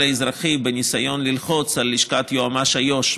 האזרחי בניסיון ללחוץ על לשכת יועמ"ש איו"ש,